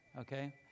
Okay